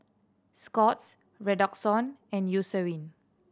Scott's Redoxon and Eucerin